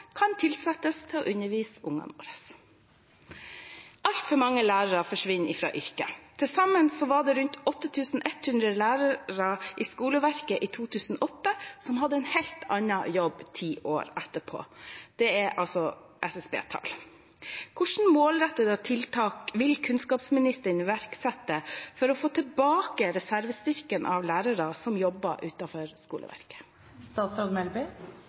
kan tilsettes for å undervise ungene våre. Altfor mange lærere forsvinner fra yrket. Til sammen var det rundt 8 100 lærere i skoleverket i 2008 som hadde en helt annen jobb ti år etterpå. Dette er tall fra SSB. Hvilke målrettede tiltak vil kunnskapsministeren iverksette for å få tilbake reservestyrken av lærere som jobber utenfor skoleverket?